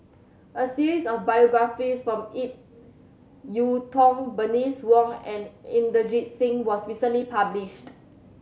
a series of biographies from Ip Yiu Tung Bernice Wong and Inderjit Singh was recently published